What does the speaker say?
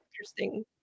interesting